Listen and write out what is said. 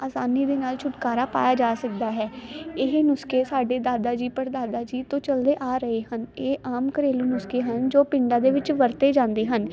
ਅਸਾਨੀ ਦੇ ਨਾਲ ਛੁਟਕਾਰਾ ਪਾਇਆ ਜਾ ਸਕਦਾ ਹੈ ਇਹ ਨੁਸਕੇ ਸਾਡੇ ਦਾਦਾ ਜੀ ਪੜਦਾਦਾ ਜੀ ਤੋਂ ਚਲਦੇ ਆ ਰਹੇ ਹਨ ਇਹ ਆਮ ਘਰੇਲੂ ਨੁਸਕੇ ਹਨ ਜੋ ਪਿੰਡਾਂ ਦੇ ਵਿੱਚ ਵਰਤੇ ਜਾਂਦੇ ਹਨ